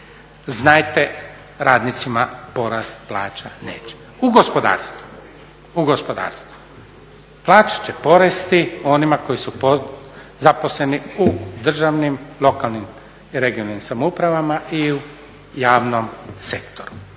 Znajte radnicima porast plaća neće biti, u gospodarstvu. Plaće će porasti onima koji su zaposleni u državnim, lokalnim i regionalnim samoupravama i u javnom sektoru.